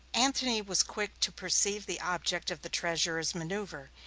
antony was quick to perceive the object of the treasurer's maneuver.